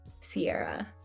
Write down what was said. Sierra